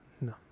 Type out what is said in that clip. No